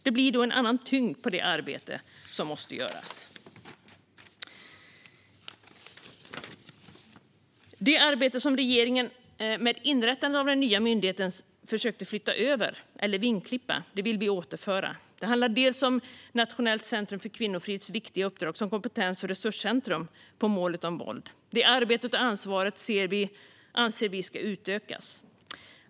Det blir då en annan tyngd hos det arbete som måste göras. Det arbete som regeringen försökte flytta över eller vingklippa genom inrättandet av den nya myndigheten vill vi återföra. Det handlar bland annat om Nationellt centrum för kvinnofrids viktiga uppdrag som kompetens och resurscentrum för målet om våld. Detta arbete och ansvar anser vi ska utökas.